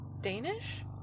Danish